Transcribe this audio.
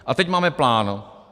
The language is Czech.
A teď máme plán.